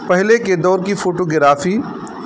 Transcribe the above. پہلے کے دور کی فوٹوگرافی